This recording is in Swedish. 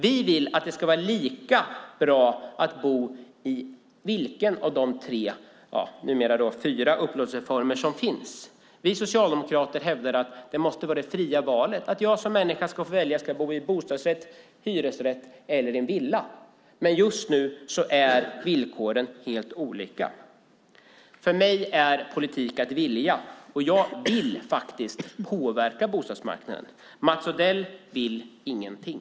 Vi vill att det ska vara lika bra att bo i vilken som helst av de tre, eller numera fyra, upplåtelseformer som finns. Vi socialdemokrater hävdar att det måste vara ett fritt val, att jag som människa ska få välja om jag vill bo i bostadsrätt, hyresrätt eller villa. Men just nu är villkoren helt olika. För mig är politik att vilja, och jag vill faktiskt påverka bostadsmarknaden. Mats Odell vill ingenting.